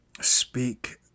speak